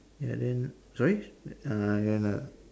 ya then sorry uh then uh